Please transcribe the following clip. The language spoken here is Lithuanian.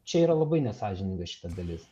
čia yra labai nesąžininga šita dalis